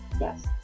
yes